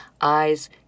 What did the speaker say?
Eyes